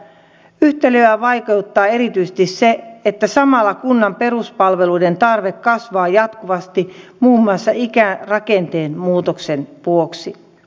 yhtälöä vaikeuttaa erityisesti se että samalla kunnan peruspalveluiden tarve kasvaa jatkuvasti muun muassa ikärakenteen muutoksen vuoksi